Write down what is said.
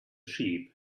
sheep